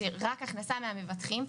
רק הכנסה מהמבטחים,